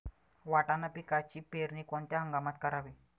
वाटाणा पिकाची पेरणी कोणत्या हंगामात करावी?